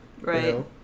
right